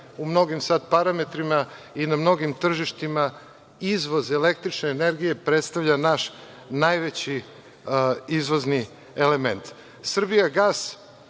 u mnogim sad parametrima i na mnogim tržištima izvoz električne energije predstavlja naš najveći izvozni element. Srbijagas,